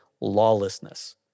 lawlessness